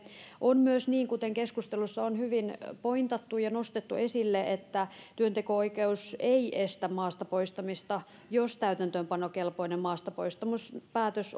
on myös niin kuten keskustelussa on hyvin pointattu ja nostettu esille että työnteko oikeus ei estä maastapoistamista jos täytäntöönpanokelpoinen maastapoistamispäätös